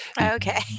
Okay